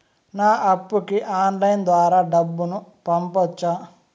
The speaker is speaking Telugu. నా అప్పుకి ఆన్లైన్ ద్వారా డబ్బును పంపొచ్చా